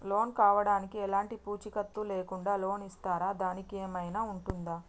Loan కావడానికి ఎలాంటి పూచీకత్తు లేకుండా లోన్ ఇస్తారా దానికి ఏమైనా ఉంటుందా?